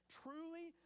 truly